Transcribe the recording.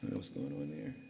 know what's going on here.